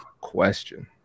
question